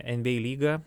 en by ei lygą